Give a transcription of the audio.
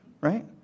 right